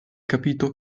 capito